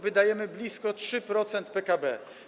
Wydajemy blisko 3% PKB.